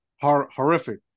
horrific